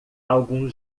algum